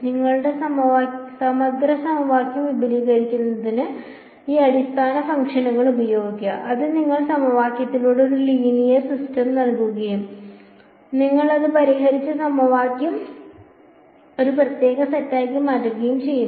നിങ്ങളുടെ സമഗ്ര സമവാക്യം വിപുലീകരിക്കുന്നതിന് ആ അടിസ്ഥാന ഫംഗ്ഷനുകൾ ഉപയോഗിക്കുക അത് നിങ്ങൾക്ക് സമവാക്യങ്ങളുടെ ഒരു ലീനിയർ സിസ്റ്റം നൽകുകയും ഞങ്ങൾ അത് പരിഹരിച്ച സമവാക്യങ്ങളുടെ ഒരു പ്രത്യേക സെറ്റാക്കി മാറ്റുകയും ചെയ്യുക